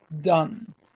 done